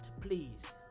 please